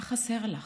מה חסר לך?